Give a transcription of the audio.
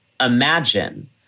Imagine